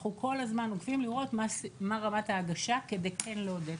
אנחנו כל הזמן עוקבים לראות מה רמת ההגשה כדי לעודד.